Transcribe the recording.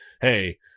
hey